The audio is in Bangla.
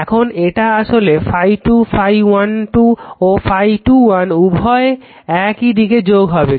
এখন এটা আসলে ∅2∅12 ও ∅21 উভয়েই একই দিকে যোগ হবে